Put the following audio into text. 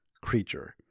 creature